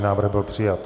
Návrh byl přijat.